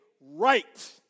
right